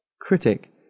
Critic